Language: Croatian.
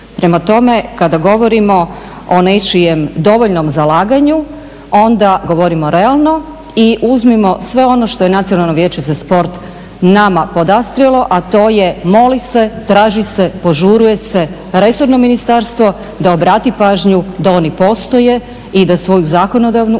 Prema tome, kada govorimo o nečijem dovoljnom zalaganju onda govorimo realno i uzmimo sve ono što je Nacionalno vijeće za sport nama podastrlo, a to je moli se, traži se, požuruje se resorno ministarstvo da obrati pažnju da oni postoje i da svoju zakonodavnu ulogu